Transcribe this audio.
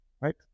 right